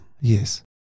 Yes